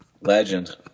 Legend